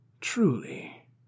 Truly